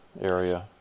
area